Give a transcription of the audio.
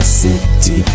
city